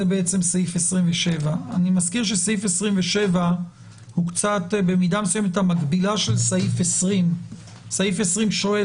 סעיף 27. סעיף 27 הוא קצת המקבילה של סעיף 20. סעיף 20 שואל